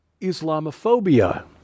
Islamophobia